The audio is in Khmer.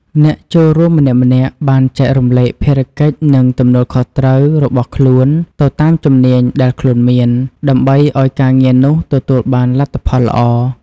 អ្នកចូលរួមម្នាក់ៗបានចែករំលែកភារកិច្ចនិងទំនួលខុសត្រូវរបស់ខ្លួនទៅតាមជំនាញដែលខ្លួនមាន ដើម្បីឱ្យការងារនោះទទួលបានលទ្ធផលល្អ។